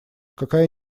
какая